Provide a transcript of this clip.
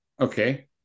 Okay